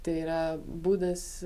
tai yra būdas